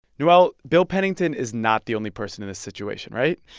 noel, bill pennington is not the only person in this situation, right?